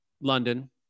London